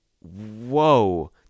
whoa